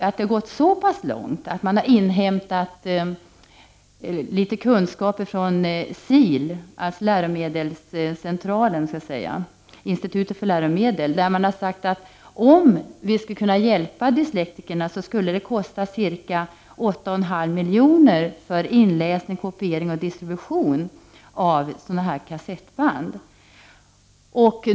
Det har gått så pass långt att man har inhämtat litet kunskaper från SIL, alltså läromedelscentralen, institutet för läromedel, där man har sagt att om vi skall kunna hjälpa dyslektikerna skulle det kosta ca 8,5 miljoner för inläsning, kopiering och distribution av sådana här kassettband.